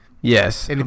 yes